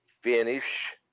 finish